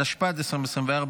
התשפ"ד 2024,